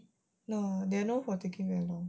ya they are known for taking very long